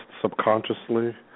subconsciously